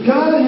God